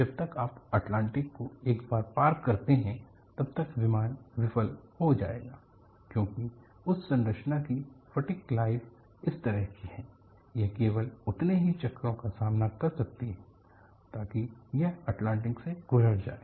जब तक आप अटलांटिक को एक बार पार करते हैं तब तक विमान विफल हो जाएगा क्योंकि उस संरचना की फटिग लाइफ इस तरह की है यह केवल उतने ही चक्रों का सामना कर सकती है ताकि यह अटलांटिक से गुजर जाए